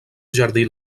jardí